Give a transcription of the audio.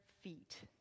feet